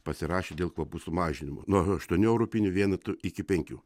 pasirašė dėl kvapų sumažinimo nuo aštuonių europinių vienetų iki penkių